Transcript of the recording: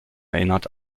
erinnert